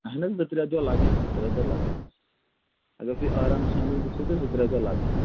اَہَن حظ زٕ ترٛےٚ دۄہ لَگَن زٕ ترٛےٚ دۄہ لَگَن حظ اگر تُہۍ آرام سانٕے وٕچھِو تہٕ زٕ ترٛےٚ دۄہ لَگَن